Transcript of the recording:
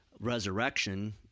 Resurrection